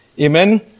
amen